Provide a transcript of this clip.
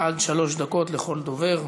עד שלוש דקות לכל דובר.